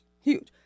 huge